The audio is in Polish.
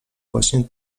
właśnie